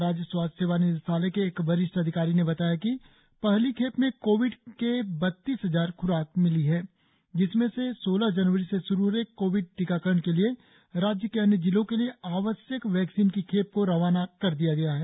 राज्य स्वास्थ्य सेवा निदेशालय के एक वरिष्ठ अधिकारी ने बताया कि पहली खेप में कोविड के बत्तीस हजार ख्राक मिली है जिसमें से सोलह जनवरी से शुरु हो रहे कोविड टीकाकरण के लिए राज्य के अन्य जिलों के लिए आवश्यक वैक्सिन की खेप को रवाना कर दिया गया है